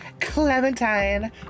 clementine